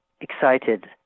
excited